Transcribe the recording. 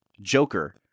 Joker